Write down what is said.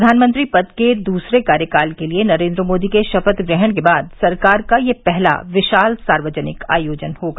प्रधानमंत्री पद के दूसरे कार्यकाल के लिए नरेन्द्र मोदी के शपथ ग्रहण के बाद सरकार का यह पहला विशाल सार्वजनिक आयोजन होगा